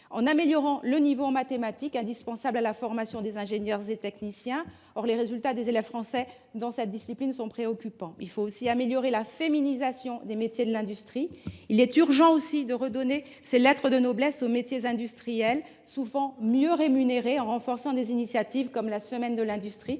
en améliorant le niveau en mathématiques, indispensable à la formation des ingénieurs et des techniciens. Or les résultats des élèves français dans cette discipline sont préoccupants. Il faut aussi améliorer la féminisation des métiers de l’industrie. Il est urgent également de redonner leurs lettres de noblesse aux métiers industriels, souvent mieux rémunérés, en renforçant des initiatives comme la Semaine de l’industrie.